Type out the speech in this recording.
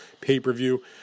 pay-per-view